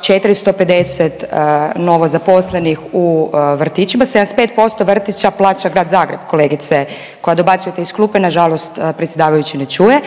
450 novozaposlenih u vrtićima, 75% vrtića plaća Grad Zagreb kolegice koja dobacujete iz klupe, nažalost predsjedavajući ne čuje,